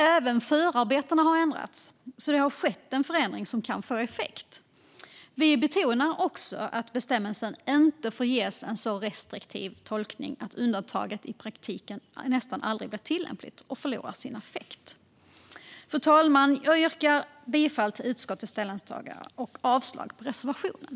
Även förarbetena har ändrats, så det har skett en förändring som kan få effekt. Vi betonar också att bestämmelsen inte får ges en så restriktiv tolkning att undantaget i praktiken nästan aldrig blir tillämpligt och därmed förlorar sin effekt. Fru talman! Jag yrkar bifall till utskottets förslag och avslag på reservationen.